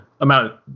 amount